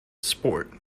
sport